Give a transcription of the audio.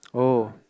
oh